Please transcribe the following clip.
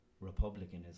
republicanism